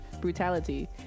brutality